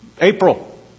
April